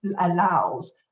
allows